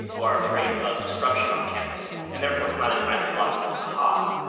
who are afraid of disruption on campus, and therefore it's not an ideological cause.